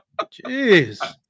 jeez